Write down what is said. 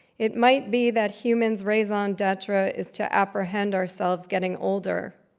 it might be that human's raison d'etre is to apprehend ourselves getting older.